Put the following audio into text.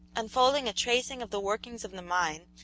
unfolding a tracing of the workings of the mine,